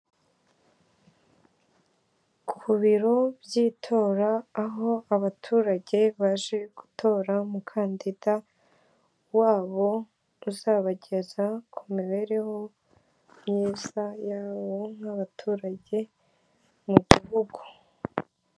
Ku biro by'itora aho abaturage baje gutora umukandida wabo uzabageza ku mibereho myiza yabo nk'abaturage mu gihugu.